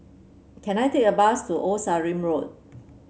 can I take a bus to Old Sarum Road